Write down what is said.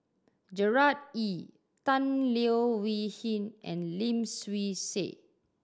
Gerard Ee Tan Leo Wee Hin and Lim Swee Say